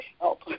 help